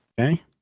Okay